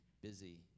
busy